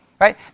Right